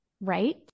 Right